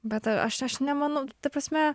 bet aš aš nemanau ta prasme